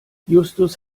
justus